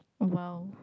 !wow!